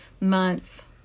months